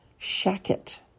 Shacket